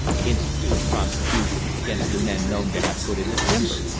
institute a prosecution against the men known to have put in the timber.